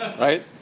right